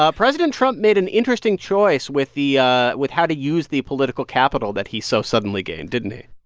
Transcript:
ah president trump made an interesting choice with the ah with how to use the political capital that he so suddenly gained, didn't he?